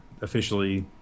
officially